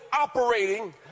operating